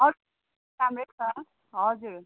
अरू सबै राम्रै छ हजुर